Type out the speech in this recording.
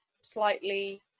slightly